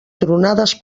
tronades